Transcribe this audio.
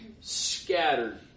scattered